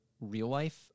real-life